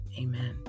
Amen